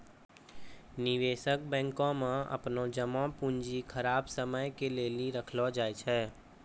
निवेशक बैंको मे अपनो जमा पूंजी खराब समय के लेली राखै छै